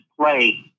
play